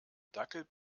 dackel